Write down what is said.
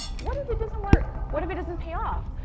what if it doesn't work? what if it doesn't pay off?